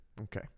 Okay